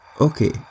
Okay